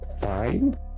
fine